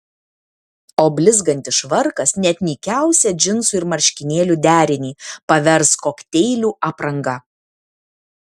o blizgantis švarkas net nykiausią džinsų ir marškinėlių derinį pavers kokteilių apranga